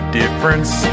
difference